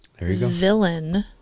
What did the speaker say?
villain